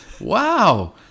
wow